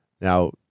now